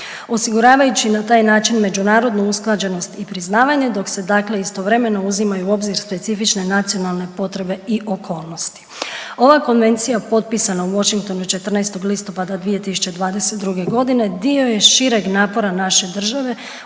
osiguravajući na taj način međunarodnu usklađenost dok se dakle istovremeno uzima i u obzir specifične nacionalne potrebe i okolnosti. Ova Konvencija je potpisana u Washingtonu 14. listopada 2022.g. dio je šireg napora naše države